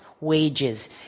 wages